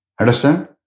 Understand